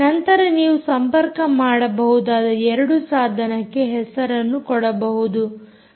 ನಂತರ ನೀವು ಸಂಪರ್ಕ ಮಾಡಬಹುದಾದ 2 ಸಾಧನಕ್ಕೆ ಹೆಸರನ್ನು ಕೊಡಬಹುದು